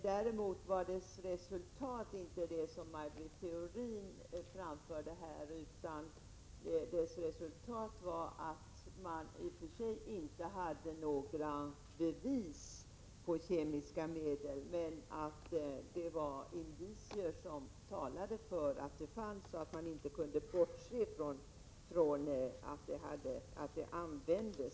Däremot var arbetsgruppens resultat inte det som Maj Britt Theorin framförde här, utan resultatet var att man i och för sig inte hade några bevis på kemiska medel men att det fanns indicier som talade för att sådana fanns och att man inte kunde bortse från att sådana medel användes.